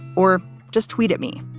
or just tweet at me.